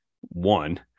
One